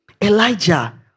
Elijah